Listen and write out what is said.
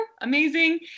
Amazing